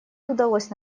удалось